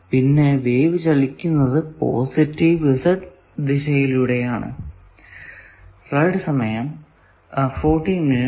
പിന്നെ വേവ് ചലിക്കുന്നത് positive Z ദിശയിലൂടെ ആണ്